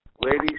ladies